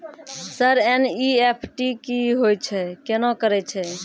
Sir NEFT की होय छै, केना करे छै?